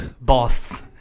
Boss